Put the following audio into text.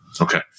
Okay